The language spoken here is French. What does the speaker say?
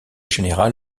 général